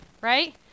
right